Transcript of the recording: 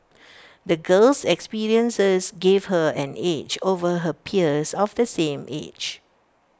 the girl's experiences gave her an edge over her peers of the same age